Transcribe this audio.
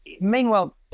Meanwhile